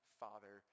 father